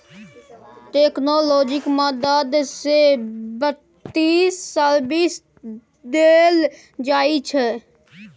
technology मदद सँ बित्तीय सर्विस देल जाइ छै